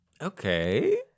Okay